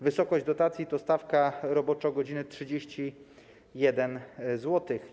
Wysokość dotacji to stawka roboczogodziny 31 zł.